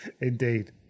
indeed